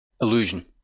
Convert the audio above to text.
Illusion